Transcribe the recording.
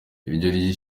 iryo